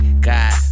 god